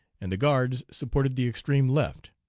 and the guards supported the extreme left.